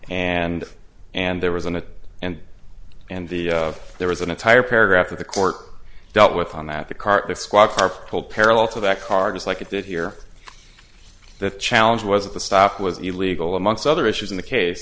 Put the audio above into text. and and there was an a and and the there was an entire paragraph of the court dealt with on that the cart that squad car pulled parallel to that car just like it did here the challenge was at the stop was illegal among other issues in the case